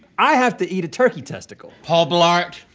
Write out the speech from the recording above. i have to eat a turkey testicle. paul blart,